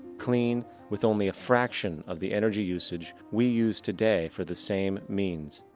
clean, with only a fraction of the energy usage we use today for the same means.